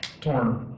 torn